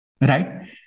right